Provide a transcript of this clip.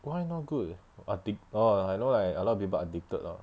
why not good addic~ oh I know like a lot of people addicted ah